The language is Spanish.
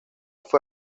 fue